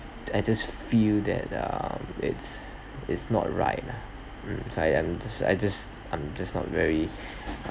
I just feel that um it's it's not right lah hmm so I'm just I just I'm just not very